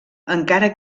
encara